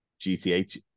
GTH